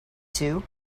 too